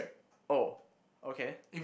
oh okay